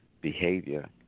behavior